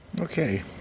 Okay